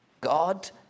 God